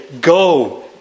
go